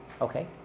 Okay